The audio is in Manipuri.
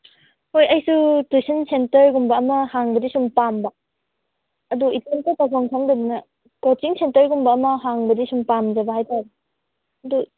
ꯍꯣꯏ ꯑꯩꯁꯨ ꯇꯨꯏꯁꯟ ꯁꯦꯟꯇꯔꯒꯨꯝꯕ ꯑꯃ ꯍꯥꯡꯕꯗꯤ ꯁꯨꯝ ꯄꯥꯝꯕ ꯑꯗꯣ ꯏꯊꯟꯇ ꯇꯧꯐꯝ ꯈꯪꯗꯗꯅ ꯀꯣꯆꯤꯡ ꯁꯦꯟꯇꯔꯒꯨꯝꯕ ꯑꯃ ꯍꯥꯡꯕꯗꯤ ꯁꯨꯝ ꯄꯥꯝꯖꯕ ꯍꯥꯏꯇꯥꯔꯦ ꯑꯗꯨ